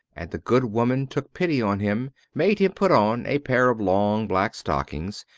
and the good woman took pity on him, made him put on a pair of long black stockings,